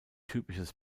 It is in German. typisches